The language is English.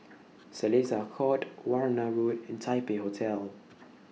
Seletar Court Warna Road and Taipei Hotel